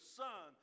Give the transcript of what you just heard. son